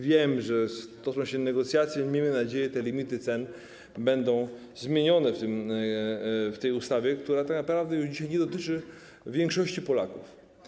Wiem, że toczą się negocjacje, i miejmy nadzieję, że te limity cen będą zmienione w tej ustawie, która tak naprawdę już dzisiaj nie dotyczy większości Polaków.